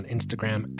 Instagram